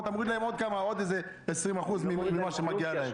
כלומר אתה מוריד להם עוד איזה 20% ממה שמגיע להם.